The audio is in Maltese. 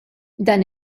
dan